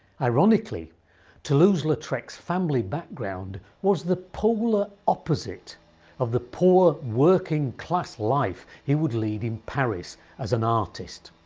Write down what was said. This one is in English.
ironically toulouse lautrec's family background was the polar opposite of the poor, working class life he would lead in paris as an artist.